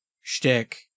shtick